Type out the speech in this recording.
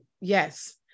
yes